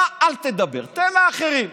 אתה, אל תדבר, תן לאחרים.